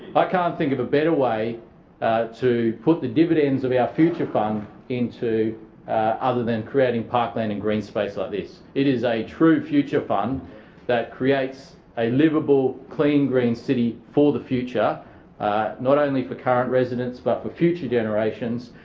i can't think of a better way to put the dividends of our future fund into other than creating parkland and green space like this. it is a true future fund that creates a liveable, clean green city for the future not only for current residents but for future generations.